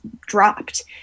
dropped